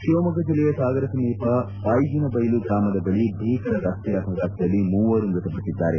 ಶಿವಮೊಗ್ಗ ಜಿಲ್ಲೆಯ ಸಾಗರ ಸಮೀಪ ಐಗಿನಬೈಲು ಗ್ರಾಮದ ಬಳಿ ಭೀಕರ ರಸ್ತೆ ಅಪಘಾತದಲ್ಲಿ ಮೂವರು ಮೃತಪಟ್ಟಿದ್ದಾರೆ